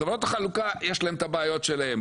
חברות החלוקה יש להן את הבעיות שלהן,